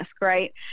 right